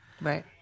right